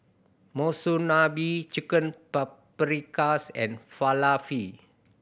Monsunabe Chicken Paprikas and Falafel